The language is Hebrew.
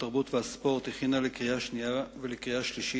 התרבות והספורט הכינה לקריאה שנייה ולקריאה שלישית